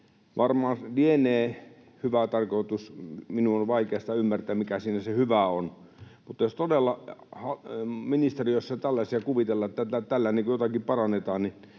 Varmaan lienee hyvä tarkoitus — minun on vaikea sitä ymmärtää, mikä siinä se hyvä on —, mutta jos todella ministeriössä tällaisia kuvitellaan, että tällä jotakin parannetaan, niin